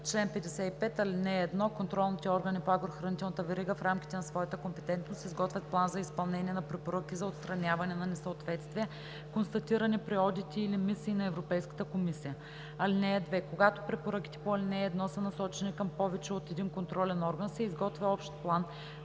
55. (1) Контролните органи по агрохранителната верига, в рамките на своята компетентност, изготвят план за изпълнение на препоръки за отстраняване на несъответствия, констатирани при одити или мисии на Европейската комисия. (2) Когато препоръките по ал. 1 са насочени към повече от един контролен орган, се изготвя общ план за отстраняване на несъответствията.